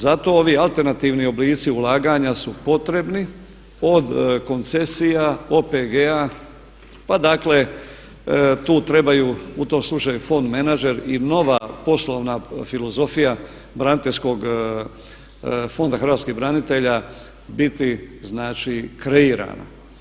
Zato ovi alternativni oblici ulaganja su potrebni od koncesija, OPG-a, pa dakle tu trebaju u tom slučaju Fond manager i nova poslovna filozofija braniteljskog, Fonda hrvatskih branitelja biti znači kreirana.